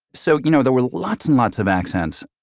so you know there were lots and lots of accents